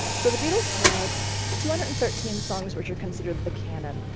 so the beatles have two hundred and thirteen songs which are considered the canon.